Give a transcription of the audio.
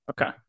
Okay